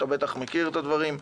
אתה בטח מכיר את הדברים.